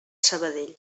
sabadell